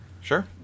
Sure